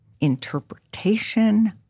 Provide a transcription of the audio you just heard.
interpretation